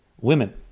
women